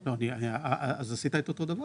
אז עשית את אותו דבר.